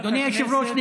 אדוני היושב-ראש,